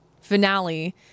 finale